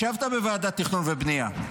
ישבת בוועדת תכנון ובנייה.